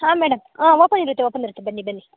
ಹಾಂ ಮೇಡಮ್ ಆಂ ಓಪನ್ ಇರುತ್ತೆ ಓಪನ್ ಇರುತ್ತೆ ಬನ್ನಿ ಬನ್ನಿ